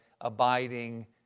abiding